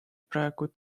praegu